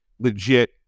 legit